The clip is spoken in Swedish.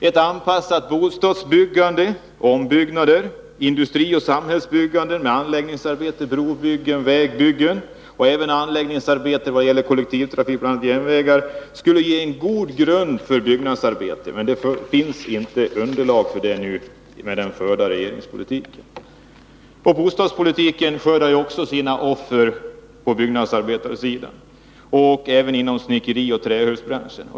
Ett för Dalarna anpassat bostadsbyggande, ombyggnader, industrioch samhällsbyggande med bl.a. anläggningsarbeten, brobyggen och vägbyggen, men även anläggningsarbeten vid en satsning på kollektivtrafiken i form av järnvägar skulle ge en god grund för arbete åt byggnadsarbetarkåren. Men det finns inget underlag för det i den av regeringen förda politiken. Bostadspolitiken skördar också sina offer på byggnadsarbetarsidan och inom snickerioch trähusbranschen.